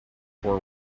were